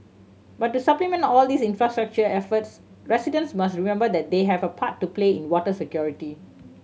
but to supplement all these infrastructure efforts residents must remember that they have a part to play in water security